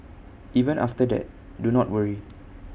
even after that do not worry